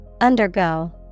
Undergo